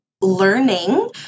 learning